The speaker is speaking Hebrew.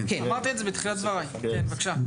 כן, אמרתי את זה בתחילת דבריי, כן בבקשה.